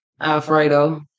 Alfredo